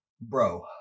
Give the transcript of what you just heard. bro